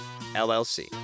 LLC